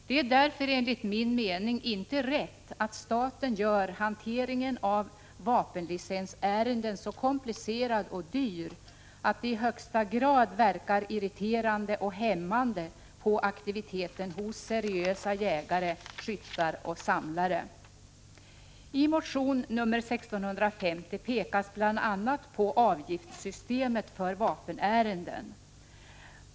Det är därför enligt min mening inte rätt att staten gör hanteringen av vapenlicensärenden så komplicerad och dyr att det i högsta grad irriterar och hämmar aktiviteten hos seriösa jägare, skyttar och samlare. I motion 1650 pekas bl.a. på avgiftssystemet för vapenärenden.